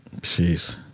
Jeez